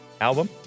album